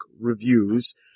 reviews